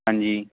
ਹਾਂਜੀ